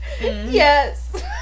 yes